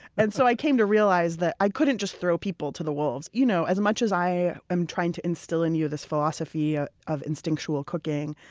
and so i came to realize that i couldn't just throw people to the wolves. you know as much as i am trying to instill in you this philosophy ah of instinctual cooking,